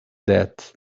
that